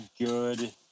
good